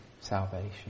salvation